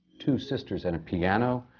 two sisters and a piano,